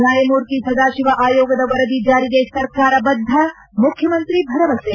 ನ್ಚಾಯಮೂರ್ತಿ ಸದಾಶಿವ ಆಯೋಗದ ವರದಿ ಜಾರಿಗೆ ಸರ್ಕಾರ ಬದ್ದ ಮುಖ್ಚಮಂತ್ರಿ ಭರವಸೆ